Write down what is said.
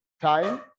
time